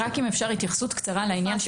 האם אפשר התייחסות קצרה לעניין?